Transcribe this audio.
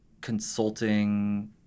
consulting